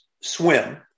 swim